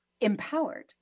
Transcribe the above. empowered